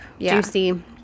juicy